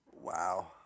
wow